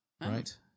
Right